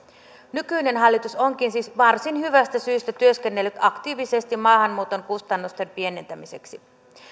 nykyinen hallitus onkin siis varsin hyvästä syystä työskennellyt aktiivisesti maahanmuuton kustannusten pienentämiseksi